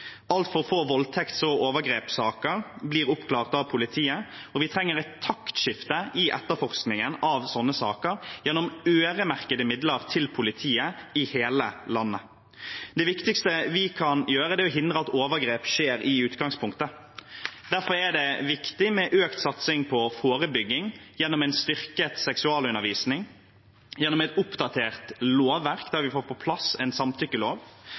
Altfor få voldtekts- og overgrepssaker blir oppklart av politiet, og vi trenger et taktskifte i etterforskningen av sånne saker gjennom øremerkede midler til politiet i hele landet. Det viktigste vi kan gjøre, er å hindre at overgrep skjer i utgangspunktet. Derfor er det viktig med økt satsing på forebygging gjennom en styrket seksualundervisning, gjennom et oppdatert lovverk der vi får på plass en samtykkelov,